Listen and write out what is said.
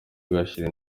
ugashira